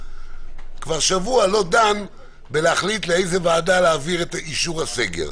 כבר שבוע לא דן כדי להחליט לאיזה ועדה להעביר את אישור הסגר,